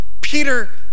Peter